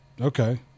Okay